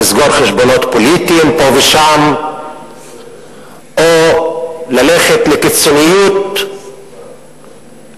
לסגור חשבונות פוליטיים פה ושם או ללכת לקיצוניות אחרת,